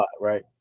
right